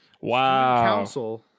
Wow